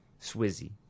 Swizzy